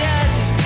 end